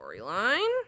storyline